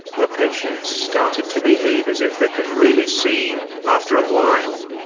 the patients started to behave as if they could really see, after a while.